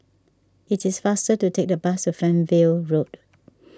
it is faster to take the bus to Fernvale Road